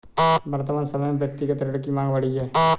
वर्तमान समय में व्यक्तिगत ऋण की माँग बढ़ी है